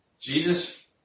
Jesus